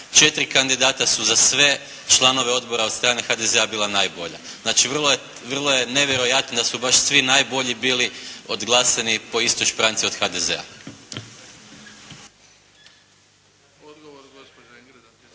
4 kandidata su za sve članove odbora od strane HDZ-a bila najbolja. Znači, vrlo je nevjerojatno da su baš svi najbolji bili odglasani po istoj špranci od HDZ-a. **Bebić, Luka (HDZ)**